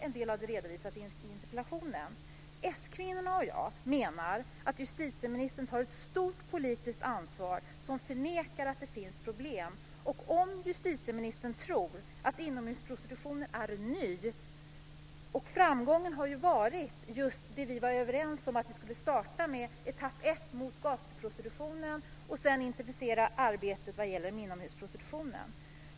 En del av det är redovisat i interpellationen. S-kvinnorna och jag menar att justitieministern tar ett stort politiskt ansvar som förnekar att det finns problem och som tror att inomhusprostitutionen är ny. Framgången har ju varit just det vi var överens om att vi skulle starta med, etapp ett mot gatuprostitutionen och sedan en intensifiering av arbetet vad gäller inomhusprostitutionen.